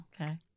Okay